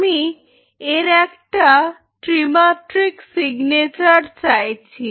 আমি এর একটা ত্রিমাত্রিক সিগনেচার চাইছি